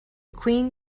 queen